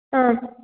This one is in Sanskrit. आम्